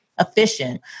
efficient